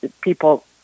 people